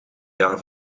jaar